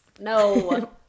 no